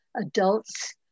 adults